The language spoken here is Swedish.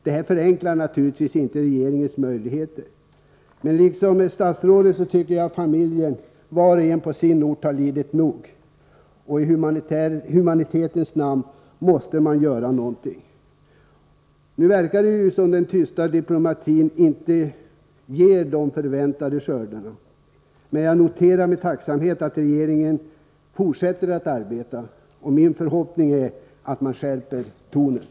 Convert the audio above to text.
Det förenklar naturligtvis inte regeringens möjligheter, men liksom statsrådet tycker jag att familjens medlemmar var och en på sin ort har lidit nog. I humanitetens namn måste man göra någonting. Det verkar som om den tysta diplomatin inte ger de förväntade skördarna, men jag noterar med tacksamhet att regeringen fortsätter att arbeta. Min förhoppning är att man skärper tonen.